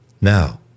now